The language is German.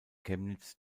chemnitz